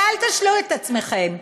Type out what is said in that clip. ואל תשלו את עצמכם.